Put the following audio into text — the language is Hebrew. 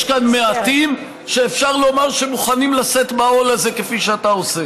יש כאן מעטים שאפשר לומר שהם מוכנים לשאת בעול הזה כפי שאתה עושה.